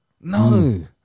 No